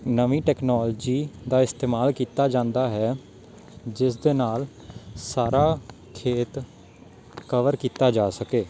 ਨਵੀਂ ਟੈਕਨੋਲੋਜੀ ਦਾ ਇਸਤੇਮਾਲ ਕੀਤਾ ਜਾਂਦਾ ਹੈ ਜਿਸ ਦੇ ਨਾਲ ਸਾਰਾ ਖੇਤ ਕਵਰ ਕੀਤਾ ਜਾ ਸਕੇ